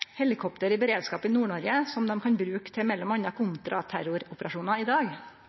helikopter i beredskap i Nord-Noreg som dei kan bruke til mellom anna kontraterroroperasjonar i dag?»